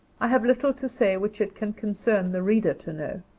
i have little to say which it can concern the reader to know.